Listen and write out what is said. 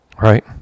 right